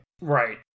Right